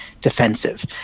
defensive